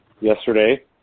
yesterday